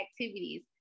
activities